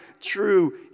true